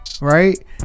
right